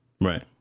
Right